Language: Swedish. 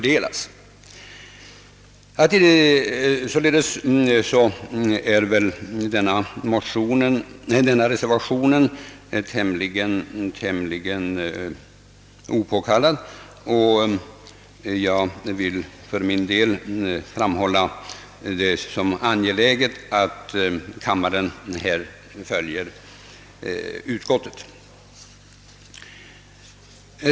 Denna reservation är således tämligen opåkallad, och jag vill för min del framhålla att det är angeläget att kammaren på denna punkt följer utskottet.